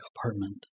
apartment